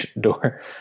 door